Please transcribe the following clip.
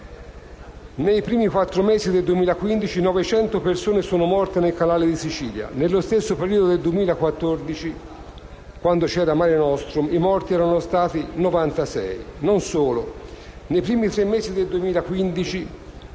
migrazioni, nei primi quattro mesi del 2015, 900 persone sono morte nel canale di Sicilia. Nello stesso periodo del 2014, quando era in atto l'operazione Mare nostrum, i morti erano stati 96. Non solo, nei primi tre mesi del 2015,